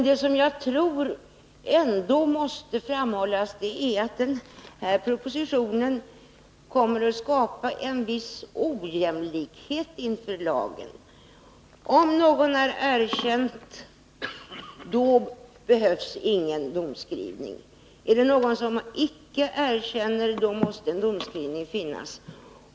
Det som jag tror ändå måste framhållas är att den här propositionen kommer att skapa en viss ojämlikhet inför lagen. I de fall där någon har erkänt behövs inte någon domskrivning. Men i de fall där någon icke har erkänt är domskrivning nödvändig.